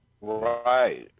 Right